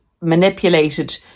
manipulated